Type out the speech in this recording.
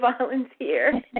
volunteer